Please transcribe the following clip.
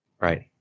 right